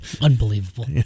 Unbelievable